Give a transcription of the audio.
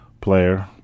player